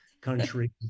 country